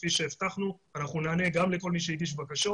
כפי שהבטחנו אנחנו נענה גם לכל מי שהגיש בקשות